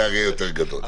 זה אריה יותר גדול.